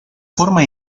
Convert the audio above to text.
forma